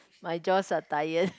my jaws are tired